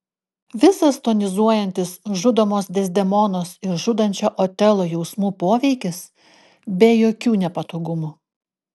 visas tonizuojantis žudomos dezdemonos ir žudančio otelo jausmų poveikis be jokių nepatogumų